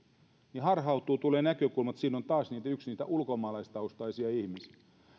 niin meillä harhautuu tulee näkökulma että siinä on taas yksi niitä ulkomaalaistaustaisia ihmisiä